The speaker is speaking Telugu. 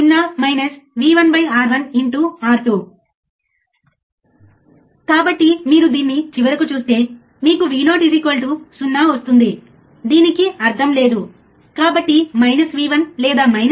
ఇన్పుట్ ఆఫ్సెట్ వోల్టేజ్ అంటే ఏమిటో అర్థం చేసుకోవడం సులభం కానీ దాన్ని ఎలా లెక్కించాలి దాన్ని ఎలా లెక్కించాలి